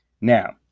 Now